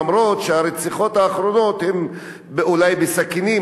אף-על-פי שהרציחות האחרונות הן אולי בסכינים,